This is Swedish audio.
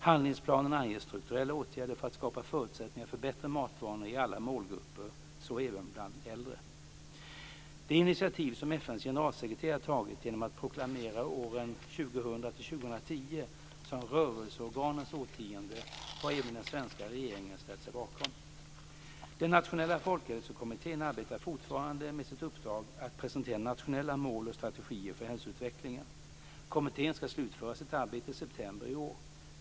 Handlingsplanen anger strukturella åtgärder för att skapa förutsättningar för bättre matvanor i alla målgrupper, så även bland äldre. Det initiativ som FN:s generalsekreterare har tagit genom att proklamera åren 2000-2010 som rörelseorganens årtionde har även den svenska regeringen ställt sig bakom. Den nationella folkhälsokommittén arbetar fortfarande med sitt uppdrag att presentera nationella mål och strategier för hälsoutvecklingen. Kommittén ska slutföra sitt arbete i september i år.